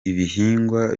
ibihingwa